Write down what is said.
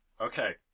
Okay